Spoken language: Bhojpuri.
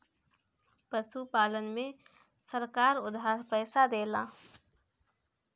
पशुपालन में सरकार उधार पइसा देला?